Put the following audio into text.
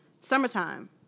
summertime